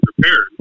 prepared